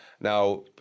Now